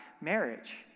marriage